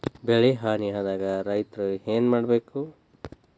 ಬೆಳಿ ಹಾನಿ ಆದಾಗ ರೈತ್ರ ಏನ್ ಮಾಡ್ಬೇಕ್?